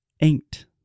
aint